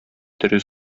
тере